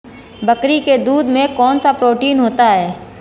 बकरी के दूध में कौनसा प्रोटीन होता है?